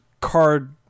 card